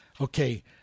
Okay